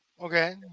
Okay